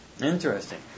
Interesting